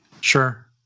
Sure